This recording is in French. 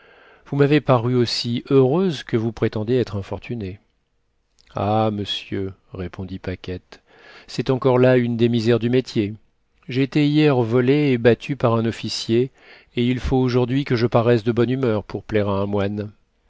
vous m'avez paru aussi heureuse que vous prétendez être infortunée ah monsieur répondit paquette c'est encore là une des misères du métier j'ai été hier volée et battue par un officier et il faut aujourd'hui que je paraisse de bonne humeur pour plaire à un moine